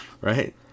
Right